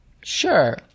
Sure